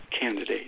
candidate